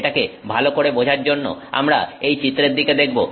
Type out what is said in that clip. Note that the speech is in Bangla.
এটাকে ভালো করে বোঝার জন্য আমরা এই চিত্রের দিকে দেখব